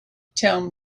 tell